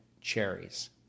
cherries